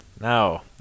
Now